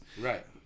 Right